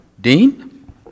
Dean